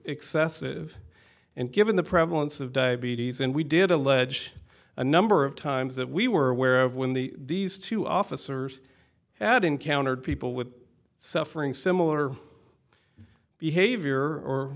excessive and given the prevalence of diabetes and we did allege a number of times that we were aware of when the these two officers had encountered people with suffering similar behavior or